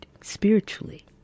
spiritually